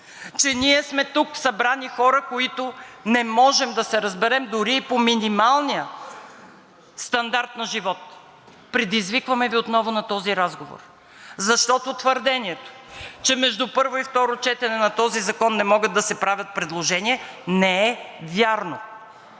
че ние сме тук събрани хора, които не можем да се разберем дори и по минималния стандарт на живот. Предизвикваме Ви отново на този разговор, защото твърдението, че между първо и второ четене на този закон не могат да се правят предложения, не е вярно.